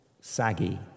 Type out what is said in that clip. saggy